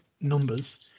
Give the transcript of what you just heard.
numbers